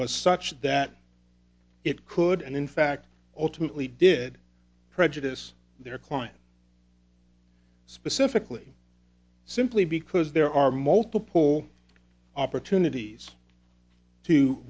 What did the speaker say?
was such that it could and in fact ultimately did prejudice their client specifically simply because there are multiple opportunities to